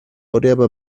oreaba